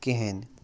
کِہیٖنۍ